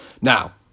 Now